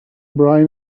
brian